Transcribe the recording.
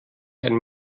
einen